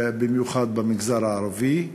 במיוחד במגזר הערבי.